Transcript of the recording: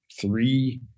three